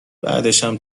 بعدشم